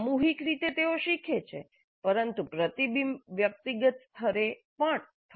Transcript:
સામૂહિક રીતે તેઓ શીખે છે પરંતુ પ્રતિબિંબ વ્યક્તિગત સ્તરે પણ થવું આવશ્યક છે